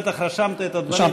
בטח רשמת את הדברים.